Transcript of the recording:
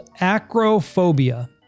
acrophobia